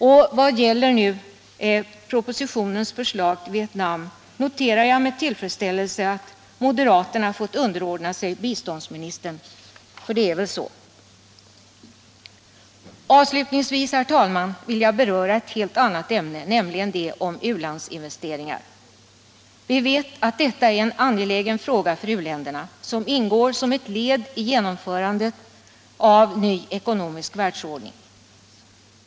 I vad gäller propositionens förslag om Vietnam noterar jag med tillfredsställelse att moderaterna fått underordna sig biståndsministern — för det är väl så? Avslutningsvis, herr talman, vill jag beröra ett helt annat ämne, nämligen u-landsinvesteringar. Vi vet att detta är en angelägen fråga för u-länderna och ingår som ett led i genomförandet av en ny ekonomisk världsordning.